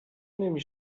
نمی